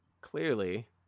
Clearly